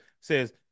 says